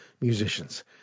musicians